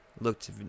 looked